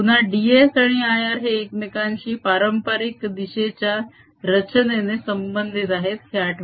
पुन्हा ds आणि IR हे एकमेकांशी पारंपारिक दिशेच्या रचनेने संबंधित आहेत हे आठवा